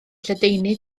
lledaenu